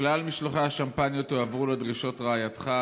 "ככלל משלוחי השמפניות הועברו לדרישות רעייתך,